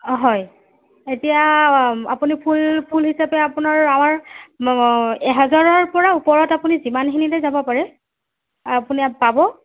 হয় এতিয়া আপুনি ফুল ফুল হিচাপে আপোনাৰ আমাৰ এহেজাৰৰ পৰা ওপৰত আপুনি যিমানখিনিলৈ যাব পাৰে আপুনি পাব